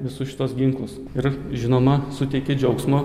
visus šituos ginklus ir žinoma suteikia džiaugsmo